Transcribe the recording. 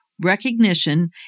recognition